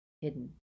hidden